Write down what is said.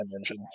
engine